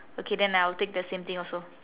okay then I will take the same thing also